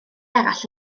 arall